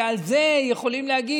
שעל זה יכולים להגיד,